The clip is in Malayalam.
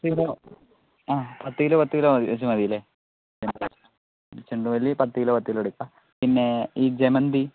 പത്ത് കിലോ ആ പത്ത് കിലോ പത്ത് കിലോ വച്ച് മതിയല്ലേ ചെണ്ടുമല്ലി പത്ത് കിലോ പത്ത് കിലോ എടുക്കാം പിന്നെ ഈ ജമന്തി